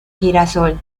girasol